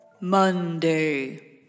Monday